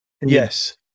Yes